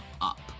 up